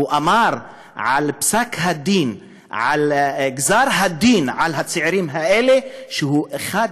הוא אמר על גזר הדין על הצעירים האלה שזה אחד